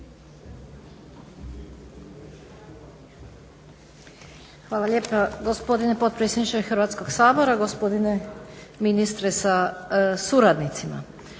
Hvala lijepa gospodine potpredsjedniče Hrvatskog sabora, gospodine ministre sa suradnicima.